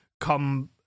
come